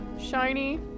shiny